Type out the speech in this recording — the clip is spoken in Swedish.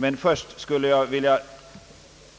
Men först skulle jag vilja